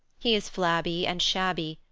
he is flabby and shabby,